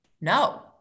No